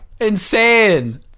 insane